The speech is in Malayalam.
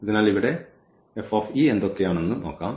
അതിനാൽ ഇവിടെ എന്തൊക്കെയാണെന്ന് നോക്കാം